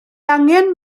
angen